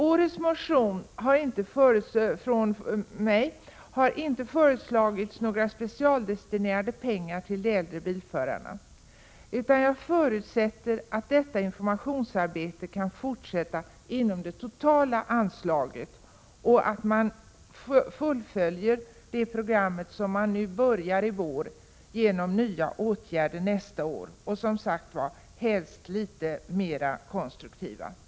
I min motion för i år har det inte föreslagits några specialdestinerade pengar till de äldre bilförarna. Jag förutsätter att informationsarbetet kan fortsätta inom det totala anslaget och att det program som påbörjas i vår kommer att fullföljas med nya åtgärder nästa år — och som sagt helst litet mer konstruktiva åtgärder.